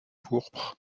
pourpre